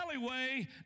alleyway